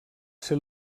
ser